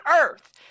earth